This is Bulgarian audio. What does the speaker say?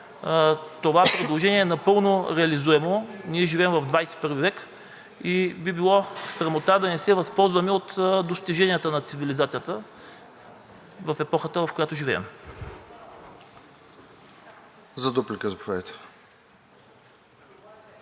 това предложение е напълно реализуемо. Ние живеем в 21 век и би било срамота да не се възползваме от достиженията на цивилизацията в епохата, в която живеем.